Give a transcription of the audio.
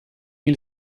hil